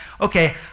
okay